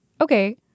okay